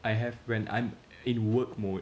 I have when I'm in work mode